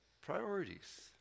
Priorities